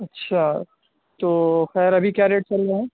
اچھا تو خیر ابھی کیا ریٹ چل رہا ہے